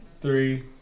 Three